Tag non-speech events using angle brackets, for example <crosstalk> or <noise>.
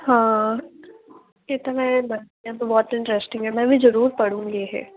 ਹਾਂ ਇਹ ਤਾਂ ਮੈਂ <unintelligible> ਬਹੁਤ ਇੰਟਰਸਟਿੰਗ ਆ ਮੈਂ ਵੀ ਜ਼ਰੂਰ ਪੜੂੰਗੀ ਇਹ